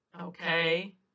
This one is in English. Okay